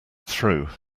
through